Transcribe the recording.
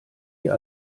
ihr